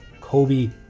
Kobe